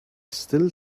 still